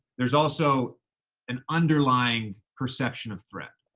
there's also an underlying perception of threat.